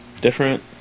different